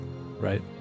right